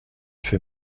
fait